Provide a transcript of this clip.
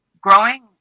growing